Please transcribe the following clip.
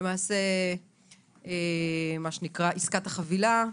למעשה מה שנקרא עסקת החבילה.